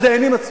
הדיינים עצמם.